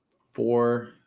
four